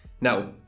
now